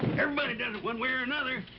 everybody does it one way or another.